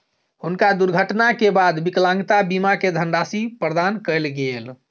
हुनका दुर्घटना के बाद विकलांगता बीमा के धनराशि प्रदान कयल गेल